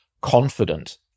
confident